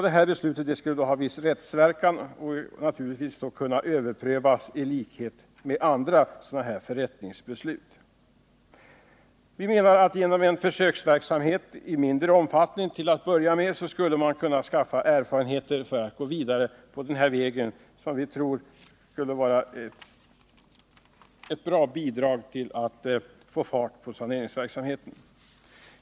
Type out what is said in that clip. Det beslutet skulle ha en viss rättsverkan och naturligtvis kunna överprövas i likhet med andra förrättningsbeslut. Vi menar att man genom försöksverksamhet, till att börja med i mindre omfattning, skulle kunna skaffa erfarenheter för att gå vidare på denna väg, vilket vi tror skulle vara ett bra bidrag till att få fart på saneringsverksamheten.